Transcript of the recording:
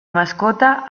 mascota